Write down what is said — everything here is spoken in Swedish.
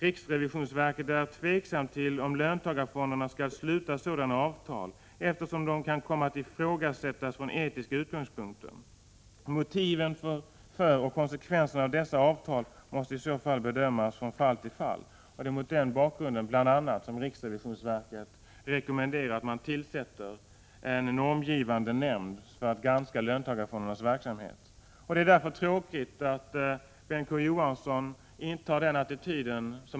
RRV är tveksamt till om löntagarfonderna skall sluta sådana avtal, eftersom de kan komma att ifrågasättas från etiska utgångspunkter. Motiven för och konsekvenserna av dessa avtal måste i så fall bedömas från fall till fall.” Det är bl.a. mot den bakgrunden som riksrevisionsverket rekommenderar att man tillsätter en normgivande nämnd för att granska löntagarfondernas verksamhet. Det är tråkigt att Bengt K. Å. Johansson intar denna attityd.